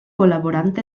col·laborant